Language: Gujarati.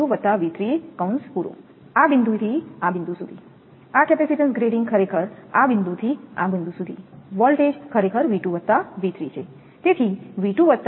05ωC V2 V3 આ બિંદુથી આ બિંદુ સુધી આ કેપેસિટીન્સ ગ્રેડિંગ ખરેખર આ બિંદુથી આ બિંદુ સુધી વોલ્ટેજ ખરેખર